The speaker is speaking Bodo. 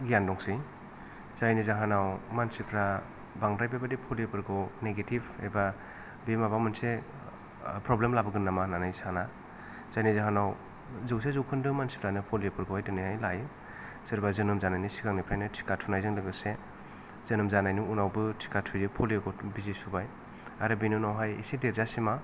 गियान दंसै जायनि जाहोनाव मानसिफ्रा बांद्राय बेबादि पलिय'फोरखौ नेगेटिभ एबा बे माबा मोनसे प्रब्लेम लाबोगोन नामा होननानै साना जायनि जाहोनाव जौसे जौखोन्दो मानसिफ्रानो पलिय'फोरखौहाय दिनैहाय लायो सोरबा जोनोम जानायनि सिगांनिफ्राइनो थिखा थुनायजों लोगोसे जोनोम जानायनि उनावबो थिखा थुयो पलिय'खौ बिजि सुबाय आरो बिनि उनायहाय एसे देरजासिमा